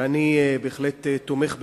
ואני בהחלט תומך בכך,